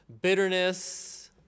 bitterness